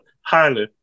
highly